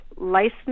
license